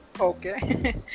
okay